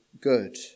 good